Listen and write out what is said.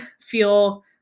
feel